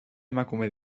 emakume